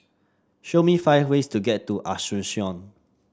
show me five ways to get to Asuncion